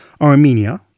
Armenia